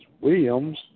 Williams